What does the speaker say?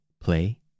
play